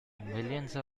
million